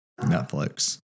Netflix